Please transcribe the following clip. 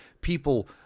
people